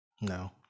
No